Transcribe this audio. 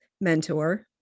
mentor